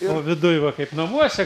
o viduj va kaip namuose